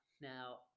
now